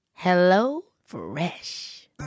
HelloFresh